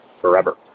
forever